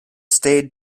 stade